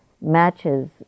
matches